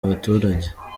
abaturage